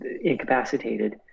incapacitated